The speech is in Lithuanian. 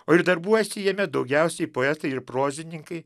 o ir darbuojasi jame daugiausiai poetai ir prozininkai